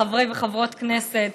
חברי וחברות כנסת,